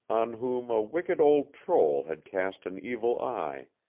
on whom a wicked old troll had cast an evil eye.